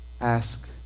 Ask